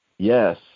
Yes